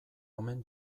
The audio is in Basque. omen